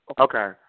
Okay